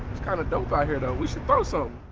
kind of dope out here though. we should throw so